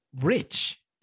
rich